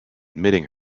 admitting